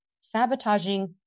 sabotaging